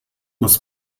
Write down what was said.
muss